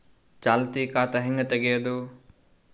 ಚಾಲತಿ ಖಾತಾ ಹೆಂಗ್ ತಗೆಯದು?